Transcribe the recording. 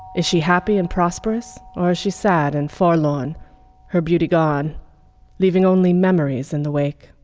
is she happy and prosperous, or is she sad and forlorn? her beauty gone leaving only memories in the wake